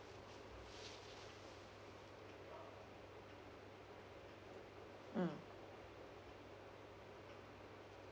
mm